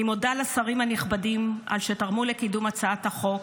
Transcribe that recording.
אני מודה לשרים הנכבדים שתרמו להצעת החוק,